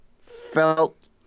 felt